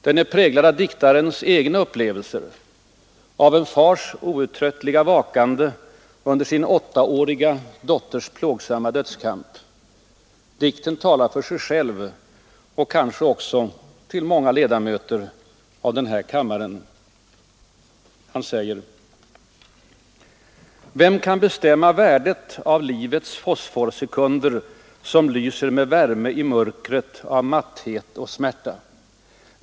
Den är präglad av diktarens egna upplevelser, av en fars outtröttliga vakande under sin åttaåriga dotters plågsamma dödskamp. Dikten talar för sig själv och kanske också till många ledamöter av denna kammare: ”Vem kan bestämma värdet som lyser med värme i mörkret av matthet och smärta?